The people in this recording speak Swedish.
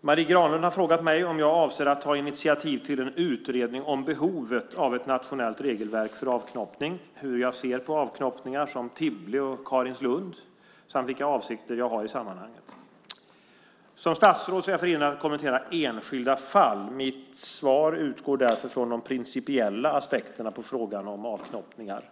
Marie Granlund har frågat mig om jag avser att ta initiativ till en utredning om behovet av ett nationellt regelverk för avknoppning, hur jag ser på avknoppningar som Tibble och Karinlundsskolan samt vilka avsikter jag har i sammanhanget. Som statsråd är jag förhindrad att kommentera enskilda fall. Mitt svar utgår därför från de principiella aspekterna på frågan om avknoppningar.